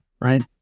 right